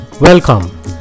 Welcome